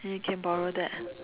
and you can borrow that